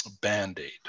band-aid